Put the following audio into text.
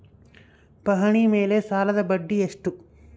ಪಹಣಿ ಮೇಲೆ ಸಾಲದ ಬಡ್ಡಿ ಎಷ್ಟು?